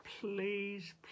Please